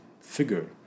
figure